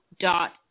dot